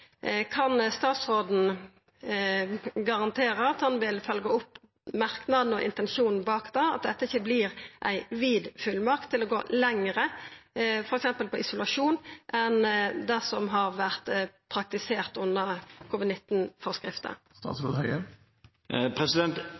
Kan statsråden garantera at han vil følgja opp merknaden og intensjonen bak han, og at dette ikkje vert ei vid fullmakt til å gå lenger, f.eks. når det gjeld isolasjon, enn det som har vore praktisert under